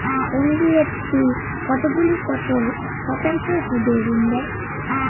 NBFC কতগুলি কত শতাংশ সুদে ঋন দেয়?